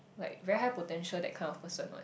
like very high potential that kind of person one